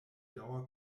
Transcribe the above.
dauer